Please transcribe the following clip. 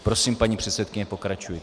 Prosím, paní předsedkyně, pokračujte.